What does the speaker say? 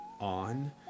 on